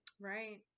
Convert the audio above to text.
right